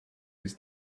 his